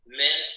men